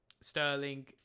sterling